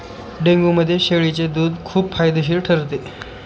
डेंग्यूमध्ये शेळीचे दूध खूप फायदेशीर ठरते